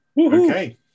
okay